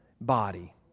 body